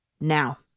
now